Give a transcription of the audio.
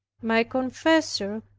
my confessor,